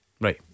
Right